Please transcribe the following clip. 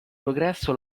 progresso